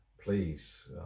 please